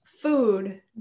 food